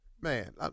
Man